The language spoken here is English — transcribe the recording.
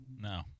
No